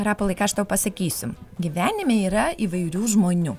rapolai ką aš tau pasakysiu gyvenime yra įvairių žmonių